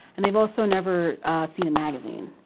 and they've also never seen a magazine.